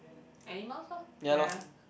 animals lor ya